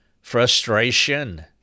frustration